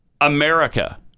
america